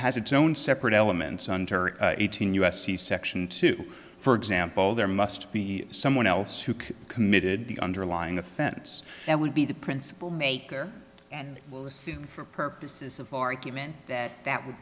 has its own separate elements under eighteen u s c section two for example there must be someone else who committed the underlying offense that would be the principal maker and for purposes of argument that that would